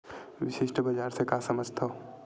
विशिष्ट बजार से का समझथव?